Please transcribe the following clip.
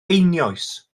einioes